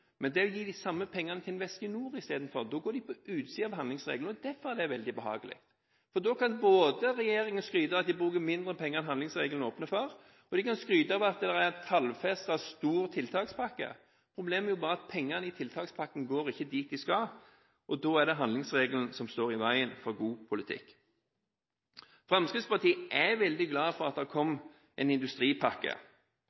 de samme pengene til Investinor istedenfor, går de på utsiden av handlingsregelen. Derfor er det veldig behagelig, for da kan regjeringen skryte både av at de bruker mindre penger enn handlingsregelen åpner for, og av at det er tallfestet en stor tiltakspakke. Problemet er bare at pengene i tiltakspakken ikke går dit de skal, og da er det handlingsregelen som står i veien for god politikk. Fremskrittspartiet er veldig glad for at det kom en industripakke. Vi har